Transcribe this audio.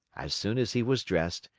as soon as he was dressed,